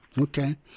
Okay